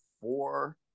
four